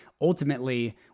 ultimately